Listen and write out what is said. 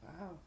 Wow